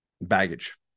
baggage